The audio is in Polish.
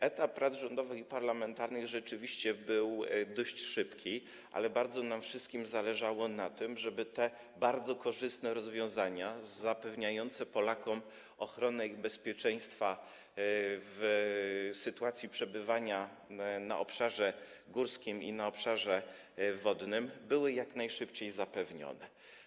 Etap prac rządowych i parlamentarnych rzeczywiście przebiegł dość szybko, ale bardzo nam wszystkim zależało na tym, żeby te bardzo korzystne rozwiązania zapewniające Polakom ochronę ich bezpieczeństwa w sytuacji przebywania na obszarze górskim i na obszarze wodnym były jak najszybciej wprowadzone.